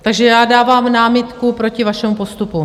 Takže já dávám námitku proti vašemu postupu.